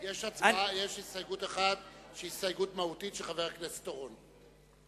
יש הסתייגות אחת שהיא הסתייגות מהותית של חבר הכנסת אורון.